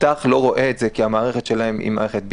יפתח לא רואה את זה, כי המערכת שלהם היא מערכת BI,